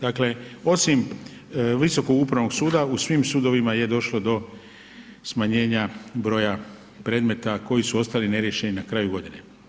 Dakle, osim Visokog upravnog suda u svim sudovima je došlo do smanjenja broja predmeta koji su ostali neriješeni na kraju godine.